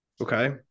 Okay